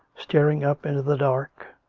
staring up into the dark,